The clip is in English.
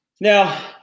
now